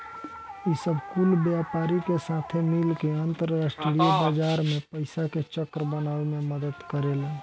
ई सब कुल व्यापारी के साथे मिल के अंतरास्ट्रीय बाजार मे पइसा के चक्र बनावे मे मदद करेलेन